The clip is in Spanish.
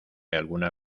alguna